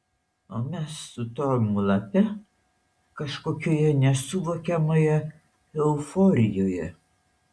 o mes su tomu lape kažkokioje nesuvokiamoje euforijoje